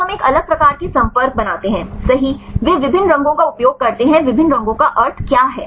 तो हम एक अलग प्रकार के संपर्क बनाते हैं सही वे विभिन्न रंगों का उपयोग करते हैं विभिन्न रंगों का अर्थ क्या है